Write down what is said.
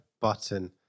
button